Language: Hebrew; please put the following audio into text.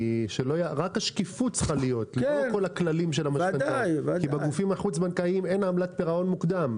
רק השקיפות צריכה להיות כי בגופים החוץ בנקאים אין עמלת פירעון מוקדם.